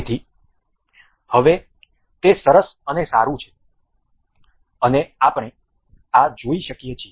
તેથી હવે તે સરસ અને સારું છે અને આપણે આ જોઈ શકીએ છીએ